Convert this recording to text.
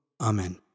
Amen